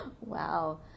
Wow